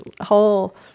whole